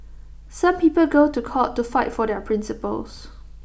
some people go to court to fight for their principles